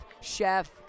Chef